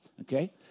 Okay